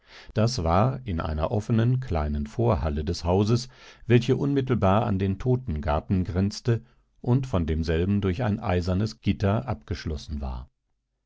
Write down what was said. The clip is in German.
das war in einer offenen kleinen vorhalle des hauses welche unmittelbar an den totengarten grenzte und von demselben durch ein eisernes gitter abgeschlossen war